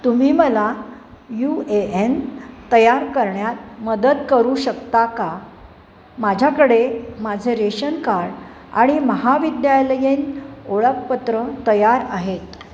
तुम्ही मला U A N तयार करण्यात मदत करू शकता का माझ्याकडे माझे रेशन कार्ड आणि महाविद्यालयीन ओळखपत्र तयार आहेत